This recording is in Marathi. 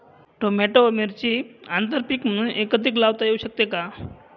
टोमॅटो व मिरची आंतरपीक म्हणून एकत्रित लावता येऊ शकते का?